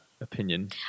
opinion